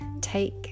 Take